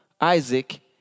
Isaac